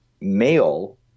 male